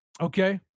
Okay